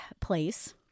place